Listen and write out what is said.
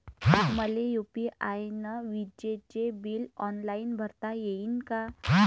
मले यू.पी.आय न विजेचे बिल ऑनलाईन भरता येईन का?